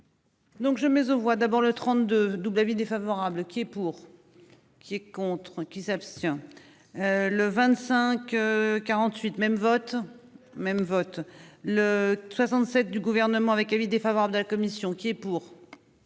Donc je aux voix d'abord le 32 double avis défavorable qui est pour. Qui est contre qui s'abstient. Le 25. 48 même vote même vote le 67 du gouvernement avec avis défavorable de la commission qui est pour.